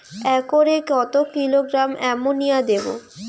একরে কত kilogram ammonia দেবো?